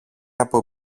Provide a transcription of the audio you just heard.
από